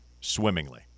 swimmingly